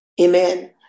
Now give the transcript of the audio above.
Amen